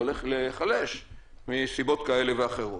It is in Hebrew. הולך להיחלש מסיבות כאלה ואחרות.